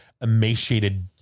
emaciated